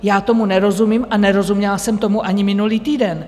Já tomu nerozumím a nerozuměla jsem tomu ani minulý týden.